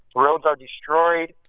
roads are destroyed.